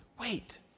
wait